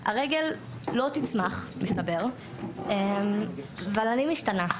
הרגל לא תצמח מסתבר אבל אני משתנה,